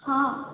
ହଁ